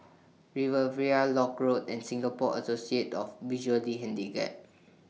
Riviera Lock Road and Singapore Associate of The Visually Handicapped